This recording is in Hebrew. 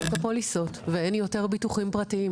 את הפוליסות ואין יותר ביטוחים פרטיים?